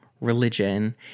religion